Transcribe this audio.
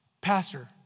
pastor